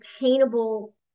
attainable